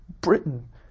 Britain